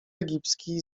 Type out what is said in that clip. egipski